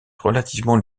relativement